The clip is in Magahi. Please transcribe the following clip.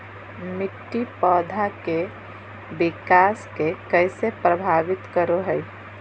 मिट्टी पौधा के विकास के कइसे प्रभावित करो हइ?